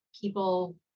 people